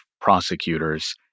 prosecutors